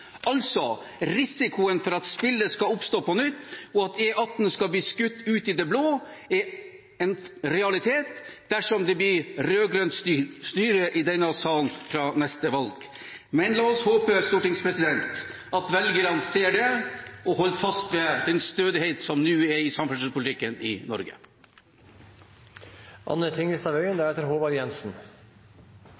Altså er risikoen for at spillet skal oppstå på nytt, og at E18 skal bli skutt ut i det blå, en realitet dersom det blir rød-grønt styre i denne salen fra neste valg. Men la oss håpe at velgerne ser det og holder fast ved den stødigheten som nå er i samferdselspolitikken i Norge.